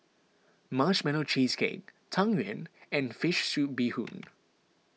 Marshmallow Cheesecake Tang Yuen and Fish Soup Bee Hoon